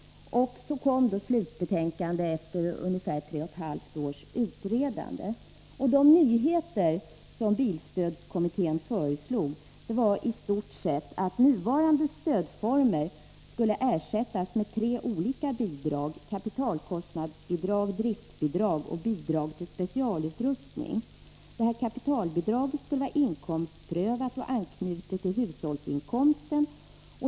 Kommitténs slutbetänkande kom efter ungefär tre och ett halvt års utredande. De nyheter som bilstödskommittén föreslog var i stort sett att nuvarande stödformer skulle ersättas med tre olika bidrag: kapitalkostnadsbidrag, driftbidrag och bidrag till specialutrustning. Kapitalkostnadsbidraget skulle inkomstprövas och vara anknutet till hushållens inkomst.